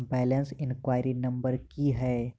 Balance inquiry number की है?